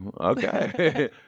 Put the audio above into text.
okay